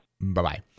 Bye-bye